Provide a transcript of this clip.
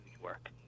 work